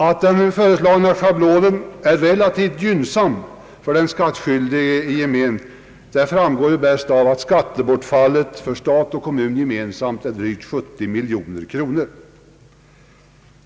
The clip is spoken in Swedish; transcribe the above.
Att den nu föreslagna schablonen är relativt gynnsam för den skattskyldige i gemen framgår bäst av att skattebortfallet för stat och kommun gemensamt är drygt 70 miljoner kronor.